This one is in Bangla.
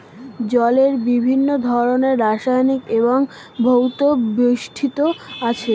জলের বিভিন্ন ধরনের রাসায়নিক এবং ভৌত বৈশিষ্ট্য আছে